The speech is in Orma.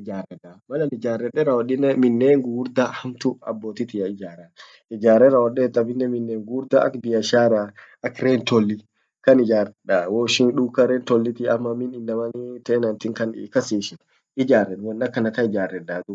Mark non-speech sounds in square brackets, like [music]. ijarredaa malan ijarrede rawwodinen minen gugurda hamtu abboti tiya ijara, [hesitation] ijarre rawodet minnen gugurda ak biasharaa ak rentalli kan ijjaredda woishin dukka rentali amamin innaman rentalin kas ishit ijjared won akanatan ijarredaa dubattan